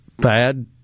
Bad